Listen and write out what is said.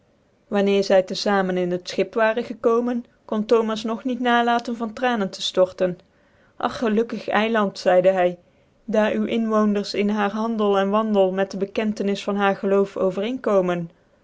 wanneer zy tc famen in het schip waren gekomen kon thomas nog niet nalaten van tranen te ftorten ach gelukkig eiland zeidc hy daar u inwoonden in haar handel en wandel met de bekentenis van haar geloof